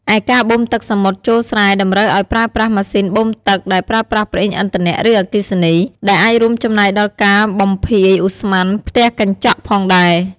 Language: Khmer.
ឯការបូមទឹកសមុទ្រចូលស្រែតម្រូវឱ្យប្រើប្រាស់ម៉ាស៊ីនបូមទឹក ដែលប្រើប្រាស់ប្រេងឥន្ធនៈ ឬអគ្គិសនី ដែលអាចរួមចំណែកដល់ការបំភាយឧស្ម័នផ្ទះកញ្ចក់ផងដែរ។